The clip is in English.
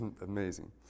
amazing